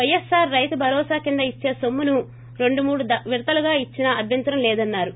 పైఎస్పార్ రైతు భరోసా కింద ఇచ్చే సొమ్మును రెండు మూడు విడతలుగా ఇచ్చినా అభ్యంతరం లేదన్నారు